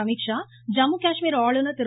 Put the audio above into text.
அமித்ஷா ஜம்மு காஷ்மீர் ஆளுநர் திரு